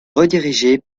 rédigée